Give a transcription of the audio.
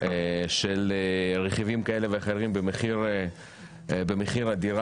של רכיבים כאלה ואחרים במחיר הדירה